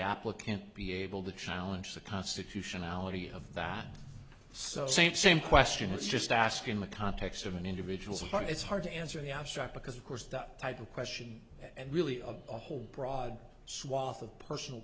applicant be able to challenge the constitutionality of that so same same question let's just ask in the context of an individual's hard it's hard to answer the abstract because of course that type of question and really of the whole broad swath of personal